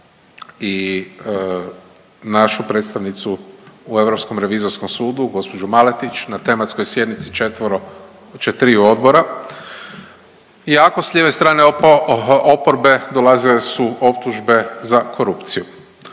i našu predstavnicu u Europskom revizorskom sudu, gđu Maletić na tematskoj sjednici četvoro, četiriju odbora, iako s lijeve strane oporbe dolazile su optužbe za korupciju